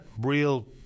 real